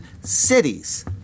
cities